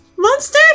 Monsters